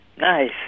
Nice